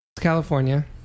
California